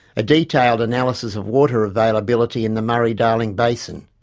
a detailed analysis of water availability in the murray-darling basin,